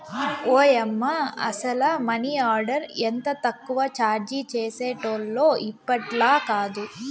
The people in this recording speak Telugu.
ఓయమ్మ, అసల మనీ ఆర్డర్ ఎంత తక్కువ చార్జీ చేసేటోల్లో ఇప్పట్లాకాదు